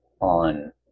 on